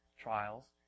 trials